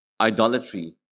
Idolatry